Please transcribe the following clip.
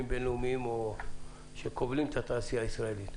בין-לאומיים שכובלים את התעשייה הישראלית.